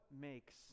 makes